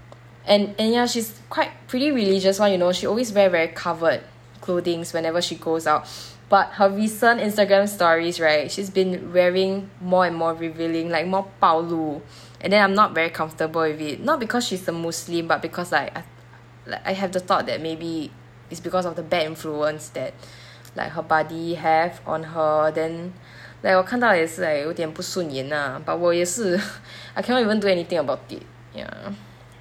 and and ya she's quite pretty religious [one] you know she always wear very covered clothings whenever she goes out but her recent Instagram stories right she's been wearing more and more revealing like more 暴露 and then I'm not very comfortable with it not because she's a muslim but because like I have the thought that maybe is because of the bad influence that like her buddy have on her then like 我看到也是 like 有点不顺眼 lah but 我也是 I cannot even do anything about it ya